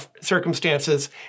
circumstances